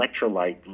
electrolyte